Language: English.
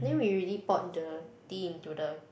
then we already poured the tea into the